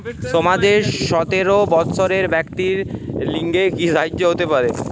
সমাজের সতেরো বৎসরের ব্যাক্তির নিম্নে কি সাহায্য পেতে পারে?